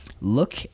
look